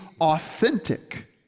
authentic